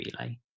Relay